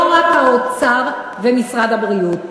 לא רק האוצר ומשרד הבריאות,